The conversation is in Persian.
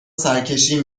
سرکشی